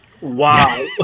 Wow